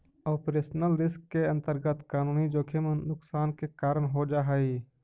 operational risk के अंतर्गत कानूनी जोखिम नुकसान के कारण हो जा हई